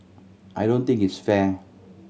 I don't think it's fair